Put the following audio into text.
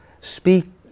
speak